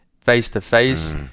face-to-face